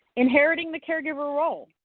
inheriting the caregiver role,